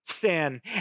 sin